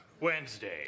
Wednesday